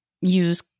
use